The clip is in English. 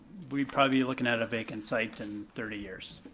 we'd probably be looking at a vacant site in thirty years.